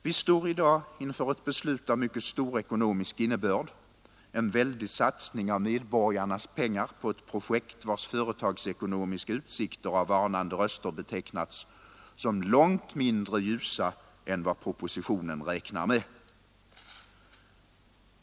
Vi står i dag inför ett beslut av mycket stor ekonomisk innebörd, en väldig satsning av medborgarnas pengar på ett projekt, vars företagsekonomiska utsikter av varnande röster betecknats som långt mindre ljusa än vad propositionen räknar med.